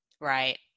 Right